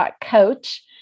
.coach